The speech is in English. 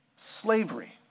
Slavery